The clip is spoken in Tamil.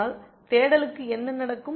ஆனால் தேடலுக்கு என்ன நடக்கும்